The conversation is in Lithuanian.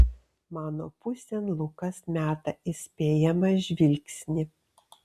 mano pusėn lukas meta įspėjamą žvilgsnį